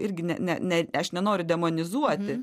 irgi ne ne ne aš nenoriu demonizuoti